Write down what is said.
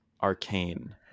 arcane